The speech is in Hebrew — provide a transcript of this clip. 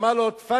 אמר לו "תפאדל",